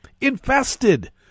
infested